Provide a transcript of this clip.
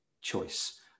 choice